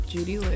Judy